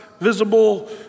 visible